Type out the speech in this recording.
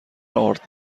آرد